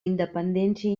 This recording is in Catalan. independència